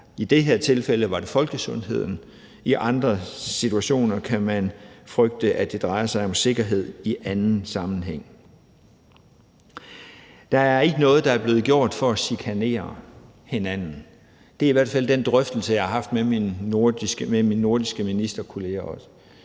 i det her tilfælde var det folkesundheden. I andre situationer kan man frygte, at det drejer sig om sikkerhed i anden sammenhæng. Der er ikke noget, der er blevet gjort for at chikanere hinanden. Det er i hvert fald den drøftelse, jeg har haft med mine nordiske ministerkollegaer,